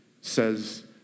says